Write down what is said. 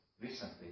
recently